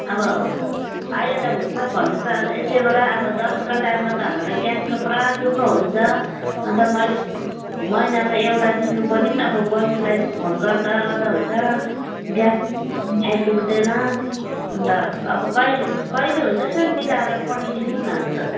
अब आहिले त हुन्छ भन्नु त ए त्योबेला अब दसैँको टाइममा त हामीलाई ग्यासको पुरा दुःख हुन्छ अनि त मैले महिनामा एउटा दिनुपर्ने पनि अब बैनीलाई फोन गर्दा गर्दा हुन्छ ग्यास आइपुग्दैन अनि त अब कहि कहिले हुन्छ यसो मिलाएर पठाइदिनु न अनि त